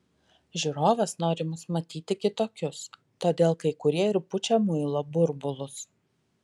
žiūrovas nori mus matyti kitokius todėl kai kurie ir pučia muilo burbulus